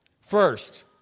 First